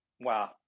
Wow